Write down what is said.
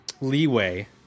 leeway